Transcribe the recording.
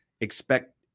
expect